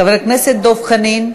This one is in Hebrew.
חבר הכנסת דב חנין,